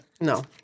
No